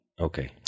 okay